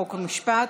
חוק ומשפט